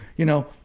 you know,